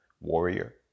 Warrior